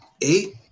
eight